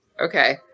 Okay